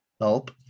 help